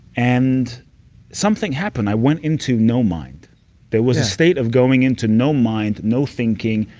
and something happened. i went into no mind there was a state of going into no mind, no thinking.